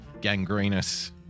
Gangrenous